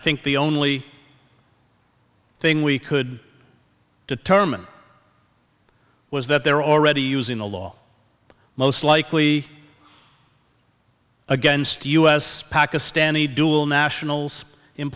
think the only thing we could determine was that they're already using the law most likely against u s pakistani dual nationals